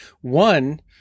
One